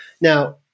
Now